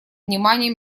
внимания